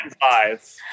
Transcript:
five